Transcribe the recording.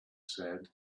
said